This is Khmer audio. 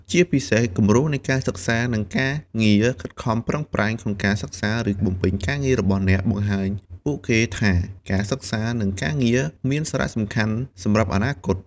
ជាពិសេសគំរូនៃការសិក្សា និងការងារខិតខំប្រឹងប្រែង ក្នុងការសិក្សា ឬបំពេញការងាររបស់អ្នក បង្ហាញពួកគេថាការសិក្សា និងការងារមានសារៈសំខាន់សម្រាប់អនាគត ។